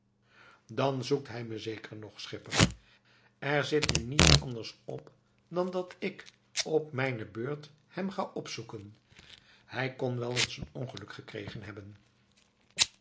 dan zoekt hij me zeker nog schipper er zit nu niets anders op dan dat ik op mijne beurt hem ga opzoeken hij kon wel eens een ongeluk gekregen hebben